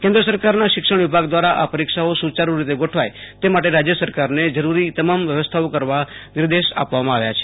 કેન્દ્ર સરકારના શિક્ષણ વિભાગ દ્વારા આ પરિક્ષાઓ સુચાડુ રીતે ગોઠવાય તે માટે રાજ્ય સરકારને જરૂરી તમામ વ્યવસ્થાઓ કરવા નિર્દેશ આપ્યા છે